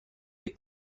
des